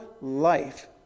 life